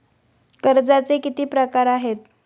कर्जाचे किती प्रकार आहेत?